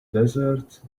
desert